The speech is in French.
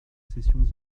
cessions